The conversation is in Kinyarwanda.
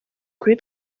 kuri